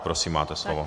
Prosím, máte slovo.